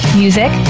music